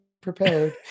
prepared